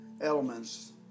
elements